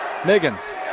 miggins